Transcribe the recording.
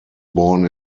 born